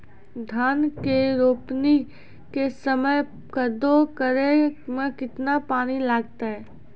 धान के रोपणी के समय कदौ करै मे केतना पानी लागतै?